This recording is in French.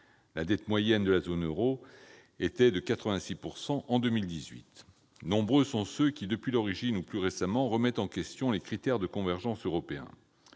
La dette moyenne dans la zone euro était de 86 % en 2018. Nombreux sont ceux qui, depuis l'origine ou plus récemment, remettent en question les critères de convergence européens.